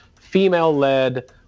female-led